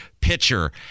pitcher